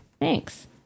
thanks